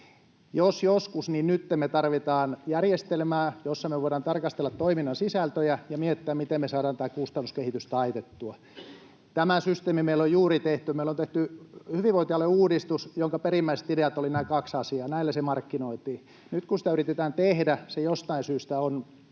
Jos joskus, niin nytten me tarvitaan järjestelmää, jossa me voidaan tarkastella toiminnan sisältöjä ja miettiä, miten me saadaan tämä kustannuskehitys taitettua. Tämä systeemi meillä on juuri tehty: meillä on tehty hyvinvointialueuudistus, jonka perimmäiset ideat olivat nämä kaksi asiaa. Näillä se markkinointiin. Nyt kun sitä yritetään tehdä, se jostain syystä on